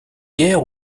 guerre